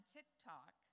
TikTok